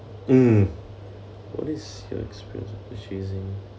mm what is your experience in choosing